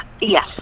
Yes